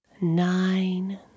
nine